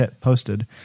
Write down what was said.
posted